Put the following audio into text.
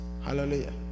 Hallelujah